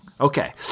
Okay